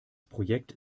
projekt